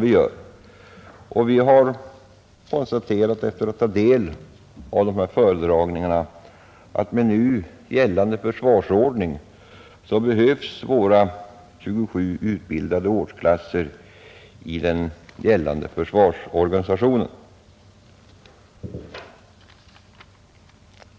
och vapenfri tjänst av föredragningarna har vi konstaterat att våra 27 utbildade årsklasser behövs i den gällande försvarsorganisationen.